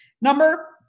Number